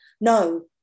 no